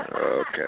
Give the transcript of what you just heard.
Okay